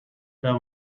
there